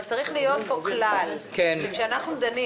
אבל צריך להיות פה כלל שכאשר אנחנו דנים